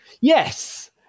Yes